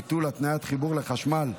ביטול התניית חיבור לחשמל,